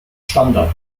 standard